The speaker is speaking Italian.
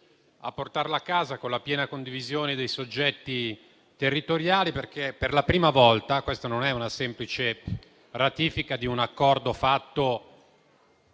a condurlo in porto con la piena condivisione dei soggetti territoriali è che per la prima volta questa si tratta non della semplice ratifica di un accordo stipulato